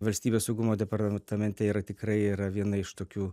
valstybės saugumo departamente yra tikrai yra viena iš tokių